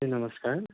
दिदी नमस्कार